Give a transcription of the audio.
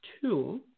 two